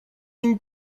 une